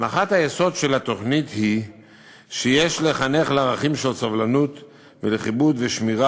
הנחת היסוד של התוכנית היא שיש לחנך לערכים של סובלנות ולכיבוד ושמירה